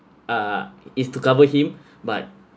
uh is to cover him but